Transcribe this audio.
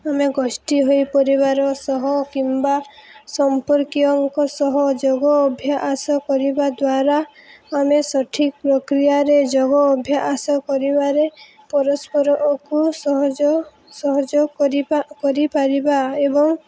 ଆମେ ଗୋଷ୍ଠୀ ଓ ପରିବାର ସହ କିମ୍ବା ସମ୍ପର୍କୀୟଙ୍କ ସହ ଯୋଗ ଅଭ୍ୟାସ କରିବା ଦ୍ୱାରା ଆମେ ସଠିକ୍ ପ୍ରକ୍ରିୟାରେ ଯୋଗ ଅଭ୍ୟାସ କରିବାରେ ପରସ୍ପରକୁ ସହଯୋଗ କରିପାରିବା ଏବଂ